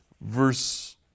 verse